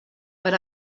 but